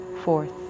fourth